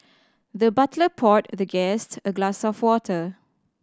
the butler poured the guest a glass of water